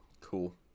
Cool